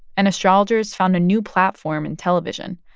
and astrologers found a new platform in television.